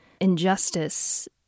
injustice